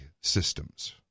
systems